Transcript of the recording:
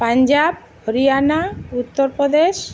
Punjab Haryana Uttar Pradesh